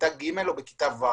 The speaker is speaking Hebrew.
כיתה ג' או ו'.